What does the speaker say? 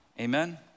Amen